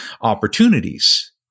opportunities